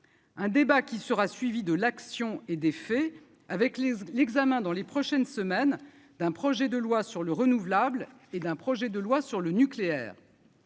Un débat qui sera suivi de l'action et des faits avec les l'examen dans les prochaines semaines d'un projet de loi sur le renouvelable et d'un projet de loi sur le nucléaire.